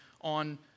on